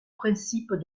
principes